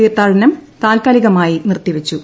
തീർത്ഥാടനം താൽക്കാലികമായി നിർത്തിവച്ചു